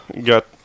got